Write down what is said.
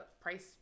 price